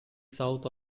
south